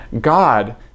God